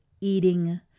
eating